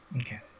Okay